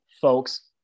folks